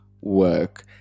work